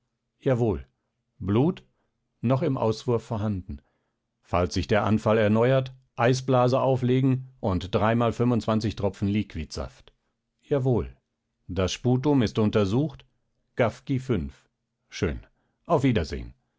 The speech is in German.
jawohl blut noch im auswurf vorhanden falls sich der anfall erneuert eisblase auflegen und dreimal tropfen liquidsaft jawohl das sputum ist untersucht gaffky schön auf wiedersehen